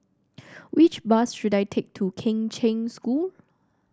which bus should I take to Kheng Cheng School